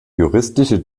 juristische